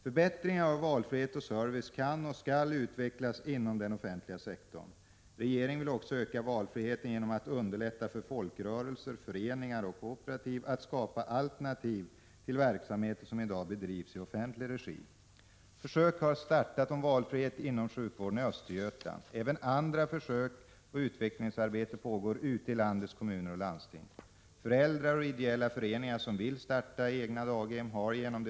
Förbättringar av valfrihet och service kan och skall utvecklas inom den offentliga sektorn. Regeringen vill också öka valfriheten genom att underlätta för folkrörelser, föreningar och kooperativ att skapa alternativ till verksamheter som i dag bedrivs i offentlig regi. Försök har startat om valfrihet inom sjukvården i Östergötland. Även andra försök och utvecklingsarbete pågår ute i landets kommuner och landsting.